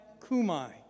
Kumai